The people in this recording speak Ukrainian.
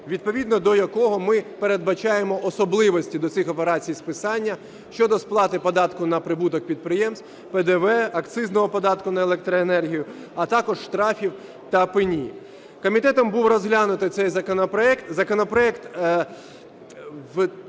відповідно до якого ми передбачаємо особливості до цих операцій списання щодо сплати податку на прибуток підприємств, ПДВ, акцизного податку на електроенергію, а також штрафів та пені. Комітетом був розглянутий цей законопроект.